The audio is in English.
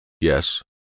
Yes